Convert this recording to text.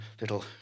little